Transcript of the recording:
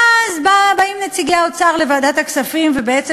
ואז באים נציגי האוצר לוועדת הכספים ובעצם